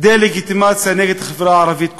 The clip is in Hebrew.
דה-לגיטימציה נגד החברה הערבית כולה.